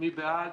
מי בעד?